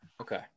Okay